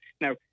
Now